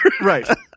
Right